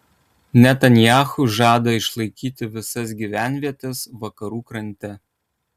netanyahu žada išlaikyti visas gyvenvietes vakarų krante